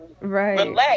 right